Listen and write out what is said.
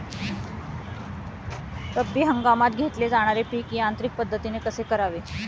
रब्बी हंगामात घेतले जाणारे पीक यांत्रिक पद्धतीने कसे करावे?